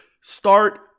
start